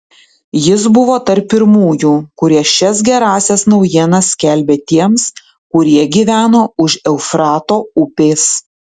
jis buvo tarp pirmųjų kurie šias gerąsias naujienas skelbė tiems kurie gyveno už eufrato upės